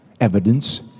evidence